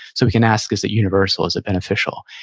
so we can ask, is it universal, is it beneficial?